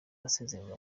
asezererwa